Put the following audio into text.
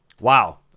Wow